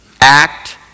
act